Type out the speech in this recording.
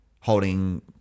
holding